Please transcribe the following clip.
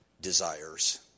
desires